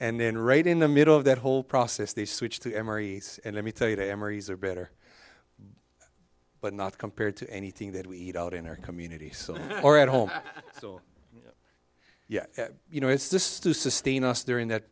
and then right in the middle of that whole process they switched to emory and let me tell you the emery's are better but not compared to anything that we eat out in our community so or at home so yeah you know it's just to sustain us during th